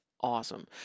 awesome